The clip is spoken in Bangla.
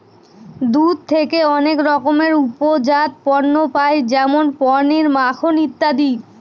দুধ থেকে অনেক রকমের উপজাত পণ্য পায় যেমন পনির, মাখন ইত্যাদি